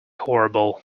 horrible